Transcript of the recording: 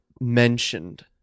mentioned